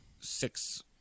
six